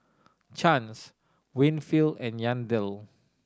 Chance Winfield and Yandel